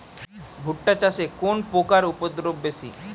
ভুট্টা চাষে কোন পোকার উপদ্রব বেশি?